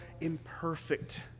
imperfect